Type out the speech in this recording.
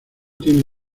tiene